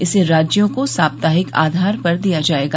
इसे राज्यों को साप्ताहिक आधार पर दिया जाएगा